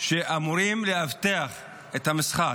שאמורים לאבטח את המשחק.